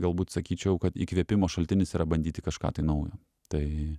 galbūt sakyčiau kad įkvėpimo šaltinis yra bandyti kažką naujo tai